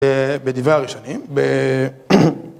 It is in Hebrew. בדברי הראשונים, ב...